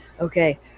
Okay